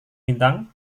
bintang